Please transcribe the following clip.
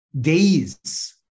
days